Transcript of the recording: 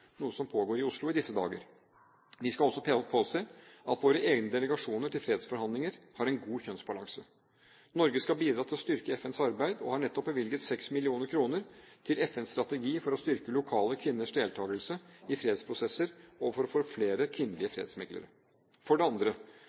noe som pågår i Oslo i disse dager. Vi skal også påse at våre egne delegasjoner til fredsforhandlinger har en god kjønnsbalanse. Norge skal bidra til å styrke FNs arbeid og har nettopp bevilget 6 mill. kr til FNs strategi for å styrke lokale kvinners deltakelse i fredsprosesser og for å få flere kvinnelige fredsmeklere. For det andre